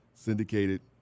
syndicated